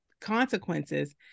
consequences